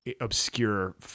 obscure